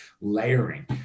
layering